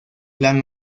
plan